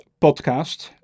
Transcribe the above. podcast